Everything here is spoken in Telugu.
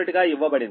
గా ఇవ్వబడింది